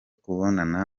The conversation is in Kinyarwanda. kubonana